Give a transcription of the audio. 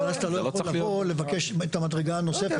ואז אתה לא יכול לבוא לבקש את המדרגה הנוספת.